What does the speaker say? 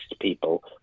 people